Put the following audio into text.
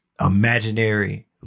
imaginary